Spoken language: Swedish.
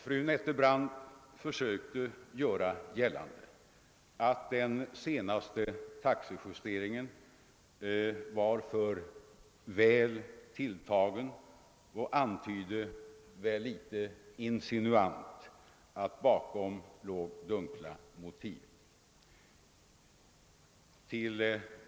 Fru Nettelbrandt försökte göra gällande att den senaste taxejusteringen var väl kraftigt tilltagen och antydde litet insinuant att bakom detta låg dunkla motiv.